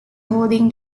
holding